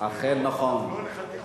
אכן, נכון.